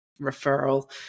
referral